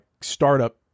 startup